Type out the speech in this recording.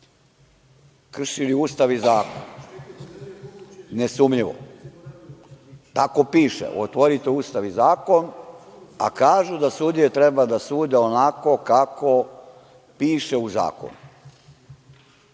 kršili Ustav i Zakon, nesumnjivo. Tako piše, otvorite Ustav i Zakon, a kažu da sudije treba da sude onako kako piše u zakonu,